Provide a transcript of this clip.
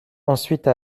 ensuite